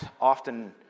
often